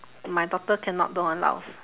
my doctor cannot don't allow